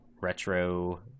retro